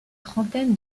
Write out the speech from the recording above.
trentaine